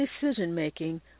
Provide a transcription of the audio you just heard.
decision-making